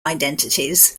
identities